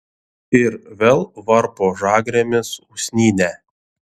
ir vėl varpo žagrėmis usnynę